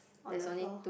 on the floor